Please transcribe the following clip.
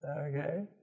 Okay